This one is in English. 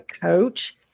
coach